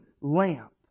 lamp